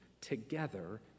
together